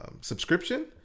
subscription